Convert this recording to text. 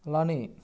అలానే